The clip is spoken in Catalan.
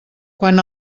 quan